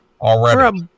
already